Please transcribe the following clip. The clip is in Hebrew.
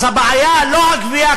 אז הבעיה לא בגבייה,